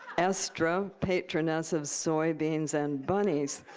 eostre, ah patroness of soy beans and bunnies.